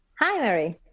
hi, larry.